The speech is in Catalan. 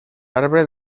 arbre